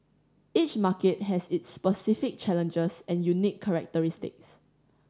each market has its specific challenges and unique characteristics